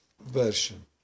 version